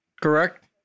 Correct